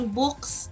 books